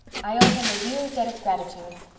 i owe him a real debt of gratitude.